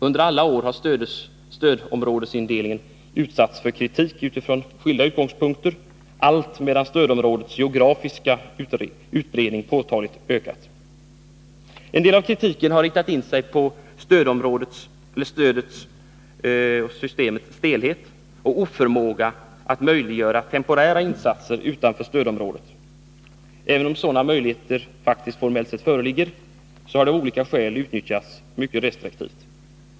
Under alla år har stödområdesindelningen utsatts för kritik från skilda utgångspunkter, allt medan stödområdets geografiska utbredning påtagligt ökat. En del av kritiken har riktat in sig på systemets stelhet och oförmåga att möjliggöra temporära insatser utanför stödområdet. Även om sådana möjligheter faktiskt formellt sett föreligger, har de av olika skäl utnyttjats mycket restriktivt.